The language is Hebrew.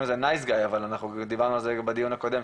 לו "נייס גאי" אבל אנחנו דיברנו על זה בדיון הקודם,